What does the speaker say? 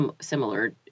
similar